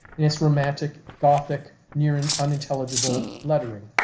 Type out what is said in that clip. and its romantic gothic near and unintelligible lettering.